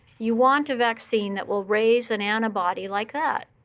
you want a vaccine that will raise an antibody like that.